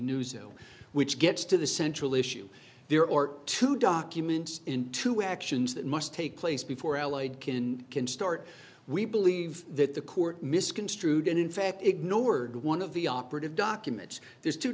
though which gets to the central issue there are two documents into actions that must take place before allied kin can start we believe that the court misconstrued and in fact ignored one of the operative documents there's two